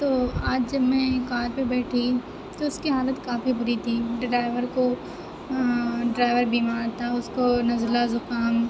تو آج میں کار پہ بیٹھی تو اُس کی حالت کافی بُری تھی ڈرائیور کو ڈرائیور بیمار تھا اُس کو نزلہ زُکام